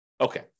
Okay